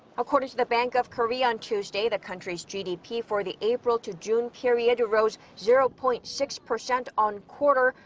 according to the bank of korea on tuesday. the country's gdp for the april-to-june period rose zero-point-six percent on-quarter.